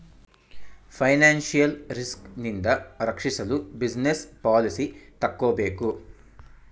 financial risk ನಿಂದ ರಕ್ಷಿಸಲು business policy ತಕ್ಕೋಬೇಕು